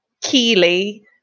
Keely